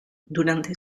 durante